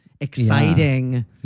exciting